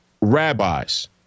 rabbis